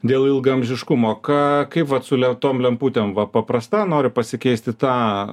dėl ilgaamžiškumo ką kaip vat su tom lemputėm va paprasta noriu pasikeisti tą